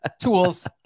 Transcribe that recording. tools